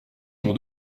mon